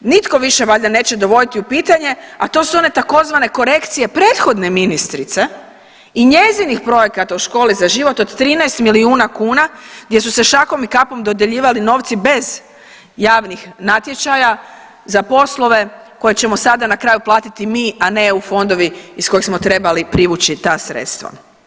nitko više valjda neće dovoditi u pitanje, a to su one tzv. korekcije prethodne ministrice i njezinih projekata u Školi za život od 13 milijuna kuna gdje su se šakom i kapom dodjeljivali novci bez javnih natječaja za poslove koje ćemo sada na kraju platiti mi, a ne EU fondovi iz kojim smo trebali privući ta sredstva.